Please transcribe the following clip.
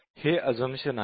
हे अझम्पशन आहे